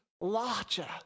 larger